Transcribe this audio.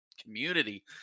community